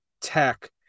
tech